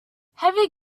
heavy